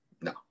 No